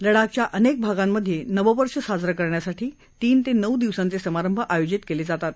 लडाखच्या अनेक आगांमधे नव वर्ष साजरं करण्यासाठी तीन ते नऊ दिवसांचे समारंभ आयोजित केले जातात